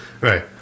Right